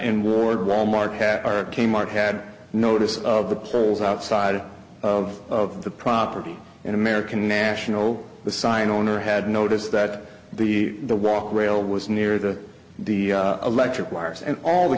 and ward wal mart had our kmart had notice of the polls outside of the property in american national the sign owner had noticed that the the walk rail was near the the electric wires and all the